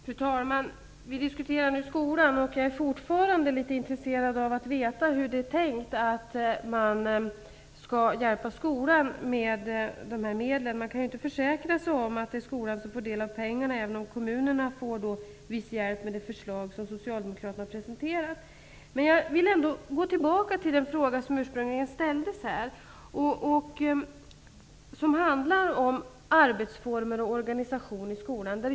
Fru talman! Vi diskuterar nu skolan. Jag är fortfarande intresserad av att veta hur det är tänkt att man skall hjälpa skolan med dessa medel. Man kan ju inte försäkra sig om att skolan får del av pengarna, även om kommunerna får viss hjälp i och med det förslag som socialdemokraterna har presenterat. Jag vill ändå gå tillbaka till den fråga som ursprungligen ställdes och som handlar om arbetsformer och organisation i skolan.